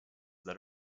that